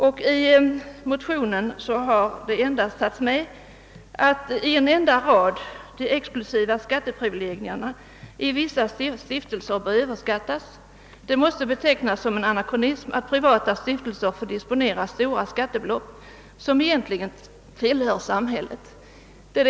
Den enda motivering som i motionen anförs för yrkandet är att de exklusiva skatteprivilegierna för stiftelser bör avskaffas och att det måste betecknas som en anakronism att privata stiftelser får disponera stora skattebelopp som egentligen tillhör samhället.